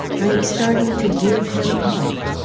i am starting to give him up!